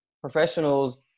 professionals